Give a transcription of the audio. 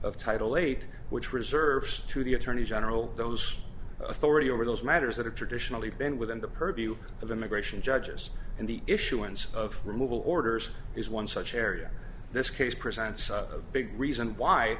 of title eight which reserved to the attorney general those authority over those matters that have traditionally been within the purview of immigration judges in the issuance of removal orders is one such area this case presents a big reason why